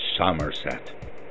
Somerset